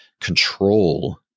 control